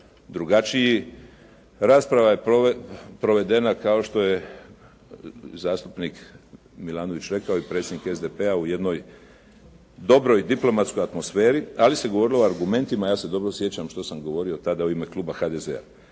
drugačiji. Rasprava je provedena kao što je zastupnik Milanović rekao i predsjednik SDP-a u jednoj u dobroj diplomatskoj atmosferi, ali se govorilo o argumentima. Ja se dobro sjećam što sam govorio tada u ime kluba HDZ-a.